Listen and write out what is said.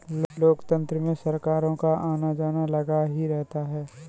लोकतंत्र में सरकारों का आना जाना लगा ही रहता है